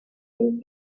they